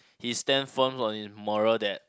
he stands firm on his moral that